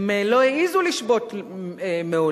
הם לא העזו לשבות מעולם.